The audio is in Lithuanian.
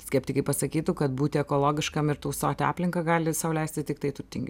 skeptikai pasakytų kad būti ekologiškam ir tausoti aplinką gali sau leisti tiktai turtingi